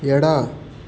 ಎಡ